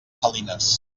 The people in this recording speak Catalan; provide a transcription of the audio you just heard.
salines